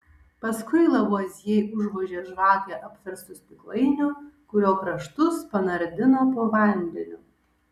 paskui lavuazjė užvožė žvakę apverstu stiklainiu kurio kraštus panardino po vandeniu